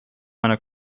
meiner